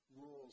rules